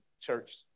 church